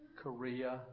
Korea